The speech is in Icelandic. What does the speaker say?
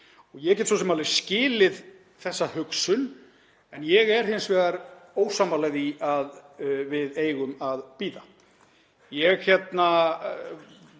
Ég get svo sem alveg skilið þá hugsun en ég er hins vegar ósammála því að við eigum að bíða. Ég vísa